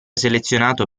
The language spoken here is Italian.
selezionato